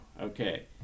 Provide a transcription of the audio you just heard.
Okay